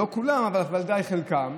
לא כולם, אבל ודאי חלקם,